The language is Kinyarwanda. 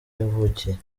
yavukiye